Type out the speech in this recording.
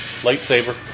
lightsaber